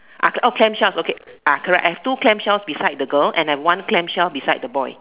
uh oh clam shells okay ah correct I have two clam shells beside the girl and have one clam shell beside the boy